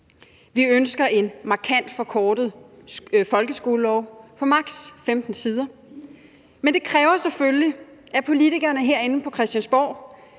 Vi ønsker en markant forkortet folkeskolelov på maks. 15 sider, men det kræver selvfølgelig, at politikerne herinde på Christiansborg